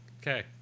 Okay